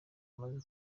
umaze